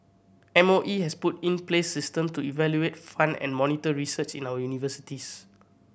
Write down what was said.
M O E has put in place system to evaluate fund and monitor research in our universities